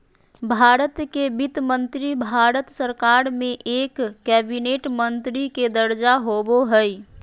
भारत के वित्त मंत्री भारत सरकार में एक कैबिनेट मंत्री के दर्जा होबो हइ